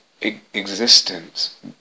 existence